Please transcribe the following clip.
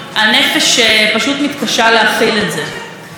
אי-אפשר לדבר על התופעה הזאת כאילו היא תופעת טבע.